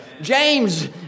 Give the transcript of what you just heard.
James